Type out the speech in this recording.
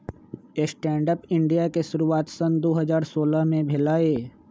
stand up India के शुरुआत सन दू हज़ार सोलह में भेलइ